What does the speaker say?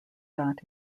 got